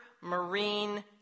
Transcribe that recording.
marine